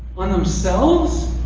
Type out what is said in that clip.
on themselves?